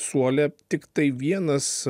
suole tiktai vienas